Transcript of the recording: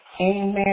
Amen